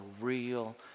real